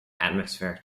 atmospheric